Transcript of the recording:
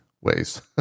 ways